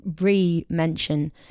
re-mention